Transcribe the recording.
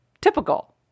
Typical